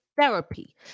therapy